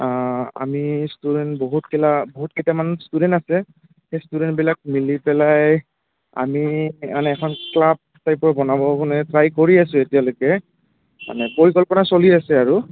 আমি ষ্টুডেণ্ট বহুত বহুত কেইটামান ষ্টুডেণ্ট আছে সেই ষ্টুডেণ্টবিলাক মিলি পেলাই আমি মানে এখন ক্লাব টাইপৰ বনাব মানে ট্ৰাই কৰি আছোঁ এতিয়ালৈকে মানে পৰিকল্পনা চলি আছে আৰু